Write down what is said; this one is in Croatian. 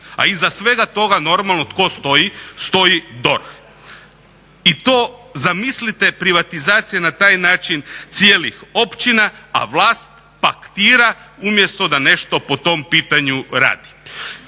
A iza svega toga normalno tko stoji? Stoji DORH. I to zamislite privatizacija na taj način cijelih općina, a vlast paktira umjesto da nešto po tom pitanju radi.